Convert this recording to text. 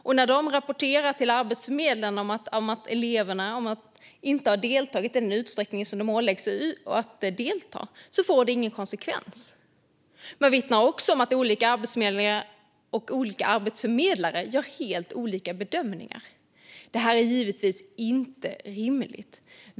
När instruktörerna rapporterar till Arbetsförmedlingen att elever inte har deltagit i den utsträckning som de ålagts får det inga konsekvenser. Man vittnar också om att olika arbetsförmedlingskontor och olika arbetsförmedlare gör helt olika bedömningar. Detta är givetvis inte rimligt.